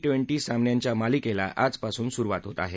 twenty सामन्यांच्या मालिकेला आजपासून सुरुवात होत आहे